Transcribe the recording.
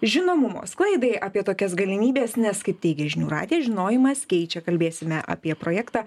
žinomumo sklaidai apie tokias galimybes nes kaip teigia žinių radijas žinojimas keičia kalbėsime apie projektą